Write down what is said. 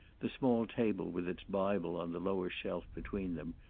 the small table with its bible on the lower shelf between them,